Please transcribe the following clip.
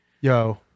Yo